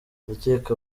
ndacyeka